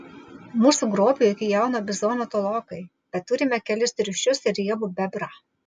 mūsų grobiui iki jauno bizono tolokai bet turime kelis triušius ir riebų bebrą